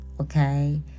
okay